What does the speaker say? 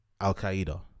Al-Qaeda